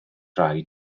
rhai